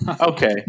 okay